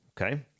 Okay